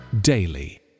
daily